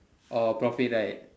or profit right